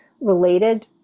related